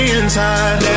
inside